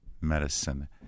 medicine